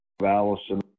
Allison